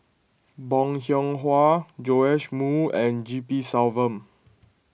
Bong Hiong Hwa Joash Moo and G P Selvam